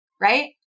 right